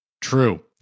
true